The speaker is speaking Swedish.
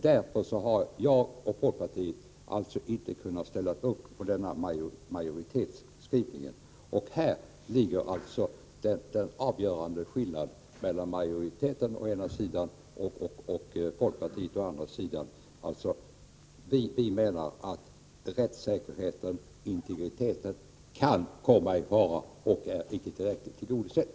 Därför har jag och folkpartiet inte kunnat ställa oss bakom majoritetsskrivningen. Häri ligger alltså den avgörande skillnaden mellan majoriteten å ena sidan och folkpartiet å den andra. Vi menar att rättssäkerheten och integriteten kan komma i fara och att dessa faktorer inte är tillräckligt tillgodosedda.